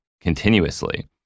continuously